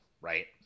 Right